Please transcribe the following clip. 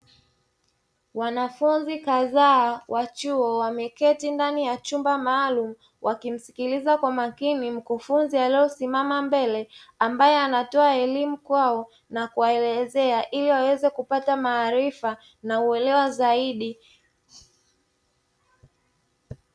Wanafunzi kadhaa wa chuo wameketi ndani ya chumba maalumu wakimsikiliza kwa makini mkufunzi aliyesimama mbele ambaye anatoa elimu kwao na kuwaelezea ili waweze kupata maarifa na uelewa zaidi.